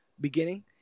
beginning